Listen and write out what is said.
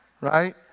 right